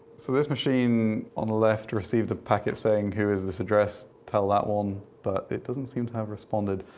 so this machine on the left received a packet saying, here is this address, tell that one. but, it doesn't seem to have responded.